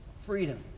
freedom